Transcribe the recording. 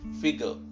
figure